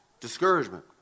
discouragement